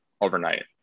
overnight